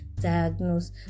diagnose